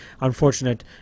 unfortunate